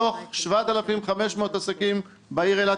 מתוך 7,500 עסקים בעיר אילת,